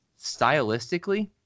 stylistically